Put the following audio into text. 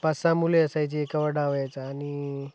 पाच सहा मुले असायची एकावर डाव यायचा आणि